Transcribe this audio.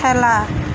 খেলা